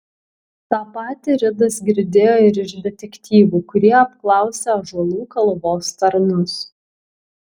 tą patį ridas girdėjo ir iš detektyvų kurie apklausė ąžuolų kalvos tarnus